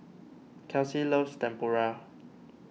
Kelsi loves Tempura